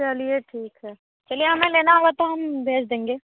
चलिए ठीक है चलिए हमें लेना होगा तो हम भेज देंगे